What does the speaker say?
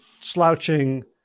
slouching